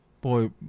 Boy